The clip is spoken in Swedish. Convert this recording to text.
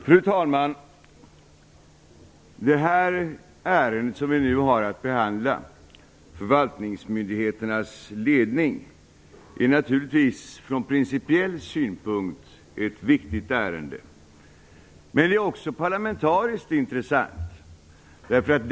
Fru talman! Det ärende som vi nu har att behandla, förvaltningsmyndigheternas ledning, är naturligtvis ett viktigt ärende från principiell synpunkt. Men det är också parlamentariskt intressant.